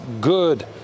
good